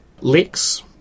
Lex